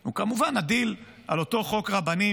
הוא כמובן הדיל על אותו חוק רבנים,